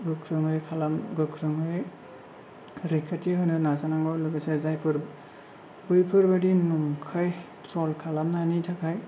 गोख्रोङै खालाम गोख्रोङै रैखाथि होनो नाजानांगौ लोगोसे जायफोर बैफोरबायदि नंखाय ट्र'ल खालामनायनि थाखाय